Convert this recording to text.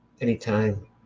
anytime